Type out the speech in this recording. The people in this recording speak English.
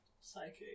psychic